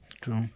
True